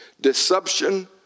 deception